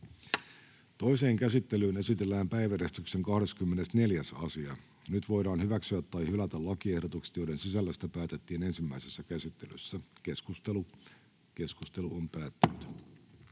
Toiseen käsittelyyn esitellään päiväjärjestyksen 10. asia. Nyt voidaan hyväksyä tai hylätä lakiehdotus, jonka sisällöstä päätettiin ensimmäisessä käsittelyssä. — Keskustelu, edustaja